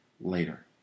later